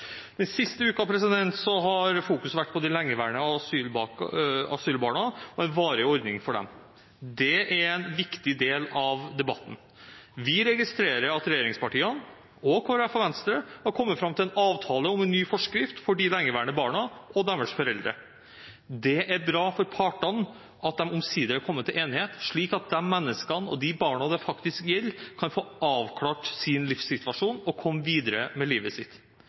Den siste uken har man fokusert på de lengeværende asylbarna og en varig ordning for dem. Det er en viktig del av debatten. Vi registrerer at regjeringspartiene, Kristelig Folkeparti og Venstre har kommet fram til en avtale om en ny forskrift for de lengeværende barna og deres foreldre. Det er bra for partene at de omsider er kommet til enighet, slik at menneskene og barna det faktisk gjelder, kan få avklart sin livssituasjon og komme videre med livet sitt.